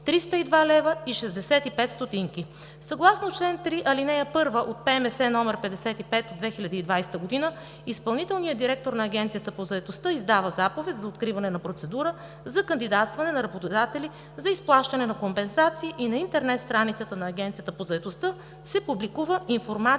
302 лв. и 65 стотинки. Съгласно чл. 3, ал. 1 от ПМС № 55/2020 г. изпълнителният директор на Агенцията по заетостта издава заповед за откриване на процедура за кандидатстване на работодатели за изплащане на компенсации и на интернет страницата на Агенцията по заетостта се публикува информация